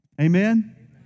Amen